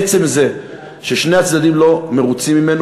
עצם זה ששני הצדדים לא מרוצים ממנו